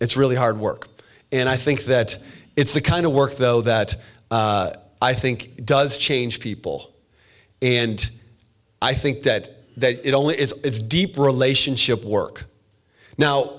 it's really hard work and i think that it's the kind of work though that i think does change people and i think that that it only is it's deeper relationship work now